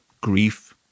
grief